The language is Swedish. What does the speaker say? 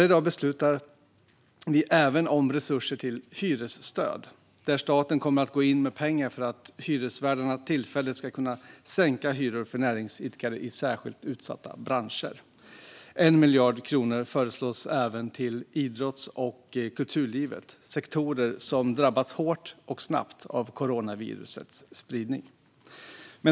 I dag beslutar vi även om resurser till hyresstöd, där staten kommer att gå in med pengar för att hyresvärdarna tillfälligt ska kunna sänka hyror för näringsidkare i särskilt utsatta branscher. 1 miljard kronor föreslås även till idrotts och kulturlivet - sektorer som har drabbats hårt och snabbt av coronavirusets spridning.